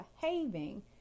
behaving